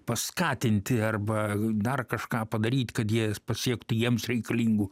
paskatinti arba dar kažką padaryt kad jie pasiektų jiems reikalingų